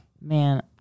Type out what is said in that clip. Man